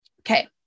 okay